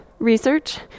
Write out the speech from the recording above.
Research